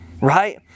right